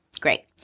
Great